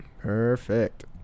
Perfect